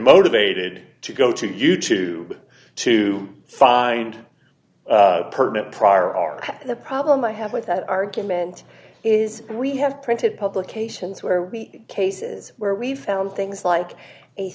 motivated to go to youtube to find permanent prior are the problem i have with that argument is that we have printed publications where we cases where we found things like a